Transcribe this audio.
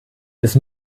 des